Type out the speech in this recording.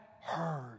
heard